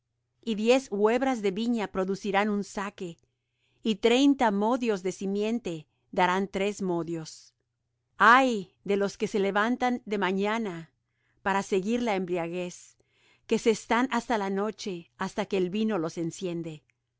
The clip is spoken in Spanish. y diez huebras de viña producirán un zaque y treinta modios de simiente darán tres modios ay de los que se levantan de mañana para seguir la embriaguez que se están hasta la noche hasta que el vino los enciende